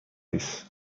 pies